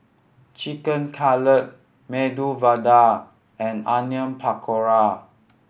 Chicken Cutlet Medu Vada and Onion Pakora